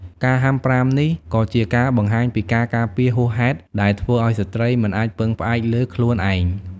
ការហាមប្រាមនេះក៏ជាការបង្ហាញពីការការពារហួសហេតុដែលធ្វើឱ្យស្ត្រីមិនអាចពឹងផ្អែកលើខ្លួនឯង។